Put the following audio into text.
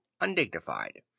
undignified